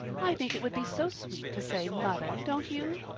i think it would be so sweet to say mother, don't you?